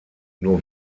nur